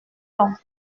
ton